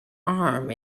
arm